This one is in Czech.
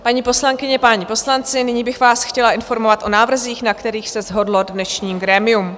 Paní poslankyně, páni poslanci, nyní bych vás chtěla informovat o návrzích, na kterých se shodlo dnešní grémium.